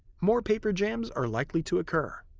more paper jams are likely to occur.